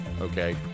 okay